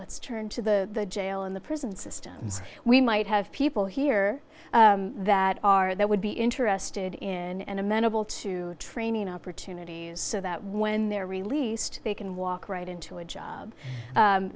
let's turn to the jail and the prison systems we might have people here that are that would be interested in and amenable to training opportunities so that when they're released they can walk right into a job